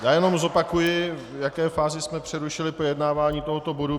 Já jenom zopakuji, v jaké fázi jsme přerušili projednávání tohoto bodu.